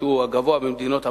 שהוא הגבוה במדינות המערב,